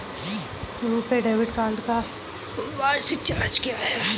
RuPay debit card का वार्षिक charge क्या है?